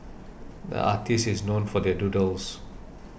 the artist is known for their doodles